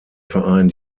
verein